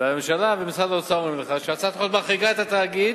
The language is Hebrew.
והממשלה ומשרד האוצר אומרים לך שהצעת החוק מחריגה את התאגיד